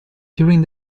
during